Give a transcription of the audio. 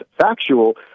factual